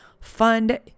fund